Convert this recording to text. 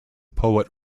poet